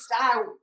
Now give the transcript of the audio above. out